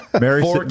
Mary